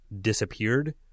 disappeared